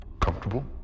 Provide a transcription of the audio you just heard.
Comfortable